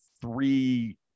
three